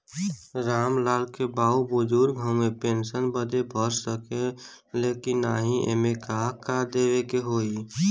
राम लाल के बाऊ बुजुर्ग ह ऊ पेंशन बदे भर सके ले की नाही एमे का का देवे के होई?